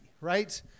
right